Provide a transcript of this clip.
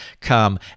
come